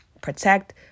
protect